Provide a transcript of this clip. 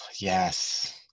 yes